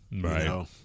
Right